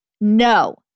No